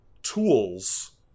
tools